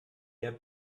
der